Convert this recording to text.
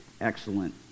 excellent